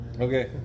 Okay